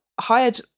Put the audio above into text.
hired